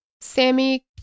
Sammy